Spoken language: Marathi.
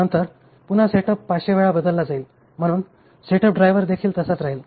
नंतर पुन्हा सेटअप 500 वेळा बदलला जाईल म्हणून सेटअप ड्रायव्हर देखील तसाच राहील